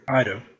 Ido